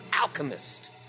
alchemist